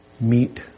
meet